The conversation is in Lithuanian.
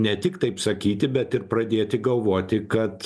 ir ne tik taip sakyti bet ir pradėti galvoti kad